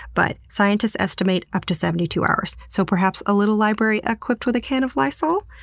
but scientists estimate up to seventy two hours, so perhaps a little library equipped with a can of lysol?